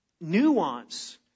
nuance